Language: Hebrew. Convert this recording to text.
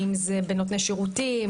האם זה בנותני שירותים,